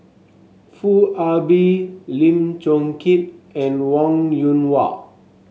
Foo Ah Bee Lim Chong Keat and Wong Yoon Wah